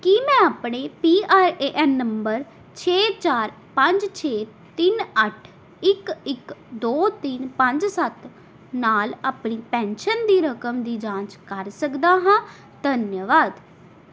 ਕੀ ਮੈਂ ਆਪਣੇ P R A N number ਛੇ ਚਾਰ ਪੰਜ ਛੇ ਤਿੰਨ ਅੱਠ ਇੱਕ ਇੱਕ ਦੋ ਤਿੰਨ ਪੰਜ ਸੱਤ ਨਾਲ ਆਪਣੀ ਪੈਨਸ਼ਨ ਦੀ ਰਕਮ ਦੀ ਜਾਂਚ ਕਰ ਸਕਦਾ ਹਾਂ ਧੰਨਵਾਦ